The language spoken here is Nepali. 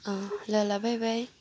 अँ ल ल बाई बाई